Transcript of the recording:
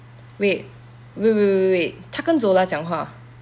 wait wait wait wait wait wait 他跟 zola 讲话